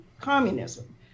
communism